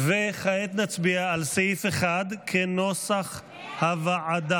כעת נצביע על סעיף 1 כנוסח הוועדה.